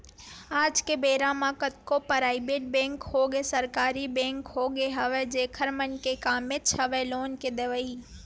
आज के बेरा म कतको पराइवेट बेंक होगे सरकारी बेंक होगे हवय जेखर मन के कामेच हवय लोन के देवई